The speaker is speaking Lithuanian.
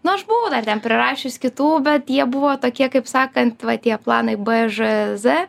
nu aš buvau dar ten prirašius kitų bet jie buvo tokie kaip sakant va tie planai b ž z